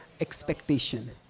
Expectation